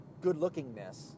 good-lookingness